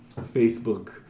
Facebook